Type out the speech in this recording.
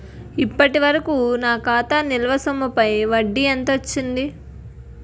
ఇప్పటి వరకూ నా ఖాతా నిల్వ సొమ్ముపై వడ్డీ ఎంత వచ్చింది?